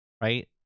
right